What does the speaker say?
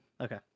Okay